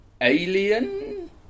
Alien